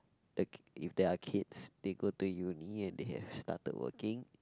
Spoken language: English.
okay if there are kids they go to uni and they have started working